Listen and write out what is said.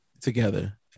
together